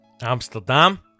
Amsterdam